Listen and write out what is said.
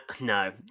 no